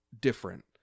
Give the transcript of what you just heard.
different